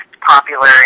popular